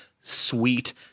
sweet